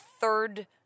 third